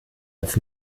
als